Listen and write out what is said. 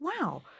wow